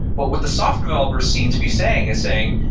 but what the software developers seemed to be saying is saying,